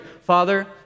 Father